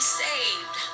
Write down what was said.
saved